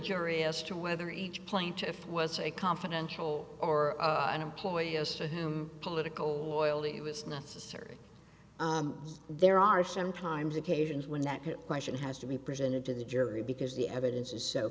jury as to whether each plaintiff was a confidential or an employee as to whom political loyalty was necessary there are sometimes occasions when that question has to be presented to the jury because the evidence is so